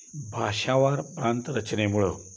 भाषावार प्रांत रचनेमुळं